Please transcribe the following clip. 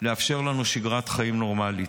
לאפשר לנו שגרת חיים נורמלית.